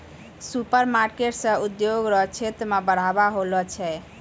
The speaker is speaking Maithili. सुपरमार्केट से उद्योग रो क्षेत्र मे बढ़ाबा होलो छै